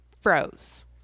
froze